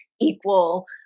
equal